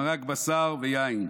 מרק בשר ויין,